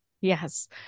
yes